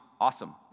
awesome